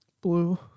Blue